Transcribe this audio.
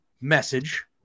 message